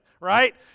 right